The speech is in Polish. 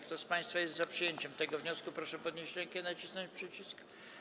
Kto z państwa jest za przyjęciem tego wniosku, proszę podnieść rękę i nacisnąć przycisk.